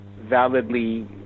validly